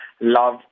love